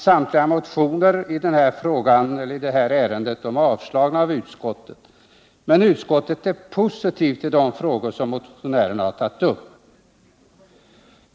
Samtliga motioner med anledning av detta ärende har avstyrkts av utskottet, men utskottet är positivt till de frågor som motionärerna har tagit upp.